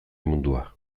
mundua